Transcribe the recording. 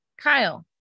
Kyle